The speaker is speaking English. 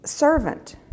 servant